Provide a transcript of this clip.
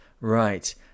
right